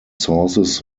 sauces